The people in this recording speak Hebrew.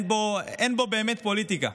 אין בו באמת פוליטיקה.